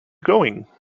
going